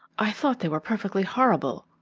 i thought they were perfectly horrible,